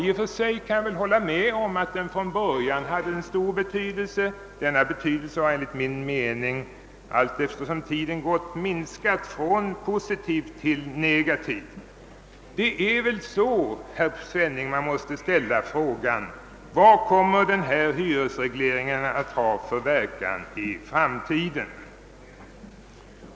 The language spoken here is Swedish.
I och för sig kan jag hålla med om att hyresregleringen från början hade stor betydelse. Denna betydelse har enligt min mening allteftersom tiden gått minskat; efter att ha varit positiv har den blivit negativ. Frågan måste väl ställas på följande sätt, herr Svenning: Vad kommer denna hyresreglering att ha för verkan i framtiden?